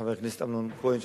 חבר הכנסת אמנון כהן,